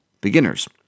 beginners